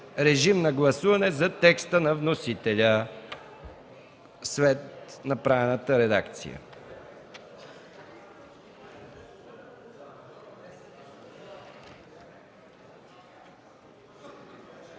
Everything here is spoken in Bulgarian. режим на гласуване за текста на вносителя след направената редакция.